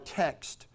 text